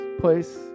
place